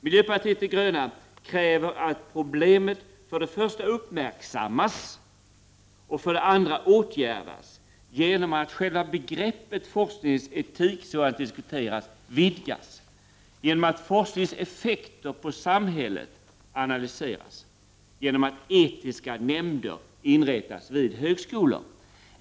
Miljöpartiet de gröna kräver att problemet för det första uppmärksammas och för det andra åtgärdas genom att — själva begreppet forskningsetik vidgas, — forskningens effekter på samhället analyseras, — etiska nämnder inrättas vid högskolor.